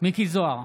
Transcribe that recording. מכלוף מיקי זוהר,